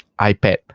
iPad